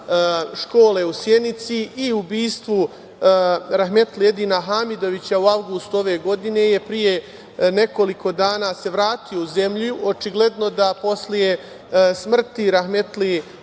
škole u Sjenici i ubistvu rahmetli Edina Hamidovića u avgustu ove godine pre nekoliko dana se vratio u zemlju, očigledno da posle smrti rahmetli